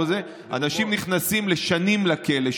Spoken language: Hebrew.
אנשים נכנסים לשנים לכלא,